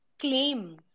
claim